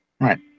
Right